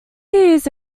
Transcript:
hears